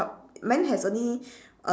mine has only uh